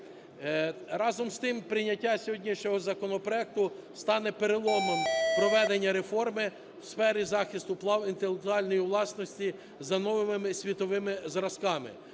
Разом з тим, прийняття сьогоднішнього законопроекту стане переломом проведення реформи у сфері захисту інтелектуальної власності за новими, світовими зразками.